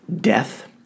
death